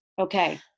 Okay